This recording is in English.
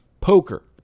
poker